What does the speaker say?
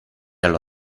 allo